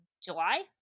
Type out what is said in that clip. July